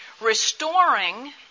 restoring